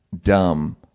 dumb